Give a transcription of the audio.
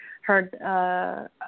heard